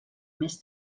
més